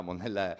nel